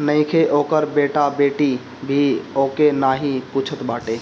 नईखे ओकर बेटा बेटी भी ओके नाही पूछत बाटे